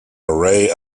array